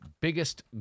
biggest